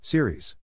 Series